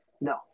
No